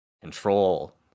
Control